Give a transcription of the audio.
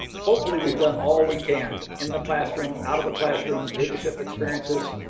hopefully we have done all we can in the classroom, out of the classroom, leadership experiences,